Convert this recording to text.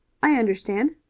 i understand,